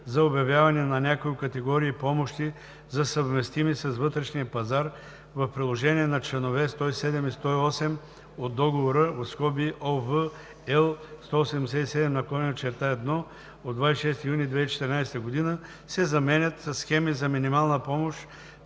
за обявяване на някои категории помощи за съвместими с вътрешния пазар в приложение на членове 107 и 108 от Договора (OB, L 187/1 от 26 юни 2014 г.)“ се заменят със „схеми за минимална помощ